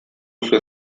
uso